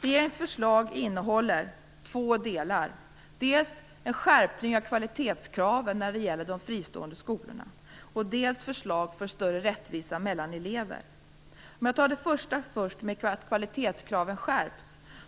Regeringens förslag innehåller två delar, dels en skärpning av kvalitetskraven när det gäller de fristående skolorna, dels förslag för större rättvisa mellan elever. Låt mig börja med att kvalitetskraven skärps.